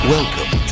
Welcome